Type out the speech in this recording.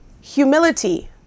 Humility